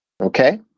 okay